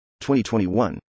2021